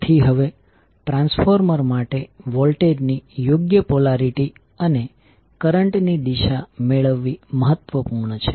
તેથી હવે ટ્રાન્સફોર્મર માટે વોલ્ટેજ ની યોગ્ય પોલારીટી અને કરંટ ની દિશા મેળવવી મહત્વપૂર્ણ છે